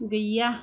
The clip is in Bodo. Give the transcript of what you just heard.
गैया